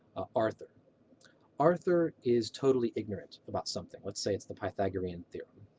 arthur arthur is totally ignorant about something, let's say it's the pythagorean theorem.